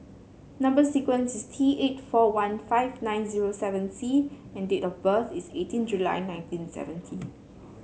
number sequence is T eight four one five nine zero seven C and date of birth is eighteen July nineteen seventy